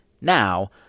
now